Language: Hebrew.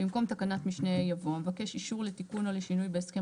במקום תקנת משנה (ה) יבוא: "המבקש אישור לתיקון או לשינוי בהסכם